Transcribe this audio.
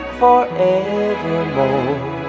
forevermore